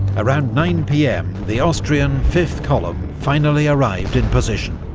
around nine pm the austrian fifth column finally arrived in position,